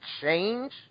change